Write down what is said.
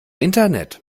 internet